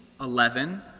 eleven